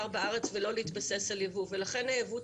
אף פעם לא הבנתי למה האנשים האלה הופכים להיות אויבי האומה.